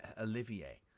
Olivier